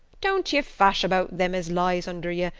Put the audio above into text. don't ye fash about them as lies under ye,